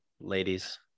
ladies